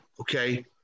okay